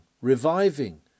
reviving